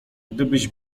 gdybyś